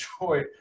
enjoy